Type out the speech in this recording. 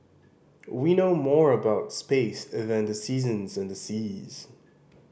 we know more about space than the seasons and the seas